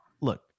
look